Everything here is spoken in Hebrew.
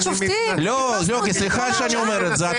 שופטים --- סליחה שאני אומר את זה,